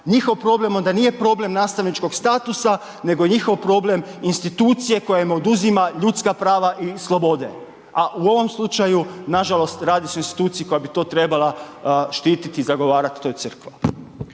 Njihov problem onda nije problem nastavničkog statusa nego je njihov problem institucije koje im oduzima ljudska prava i slobode, a u ovom slučaju nažalost, radi se o instituciji koja bi to trebala štiti i zagovarati, a to je crkva.